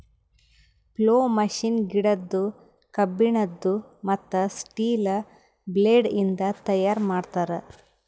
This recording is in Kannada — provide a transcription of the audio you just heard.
ಪ್ಲೊ ಮಷೀನ್ ಗಿಡದ್ದು, ಕಬ್ಬಿಣದು, ಮತ್ತ್ ಸ್ಟೀಲ ಬ್ಲೇಡ್ ಇಂದ ತೈಯಾರ್ ಮಾಡ್ತರ್